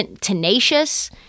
tenacious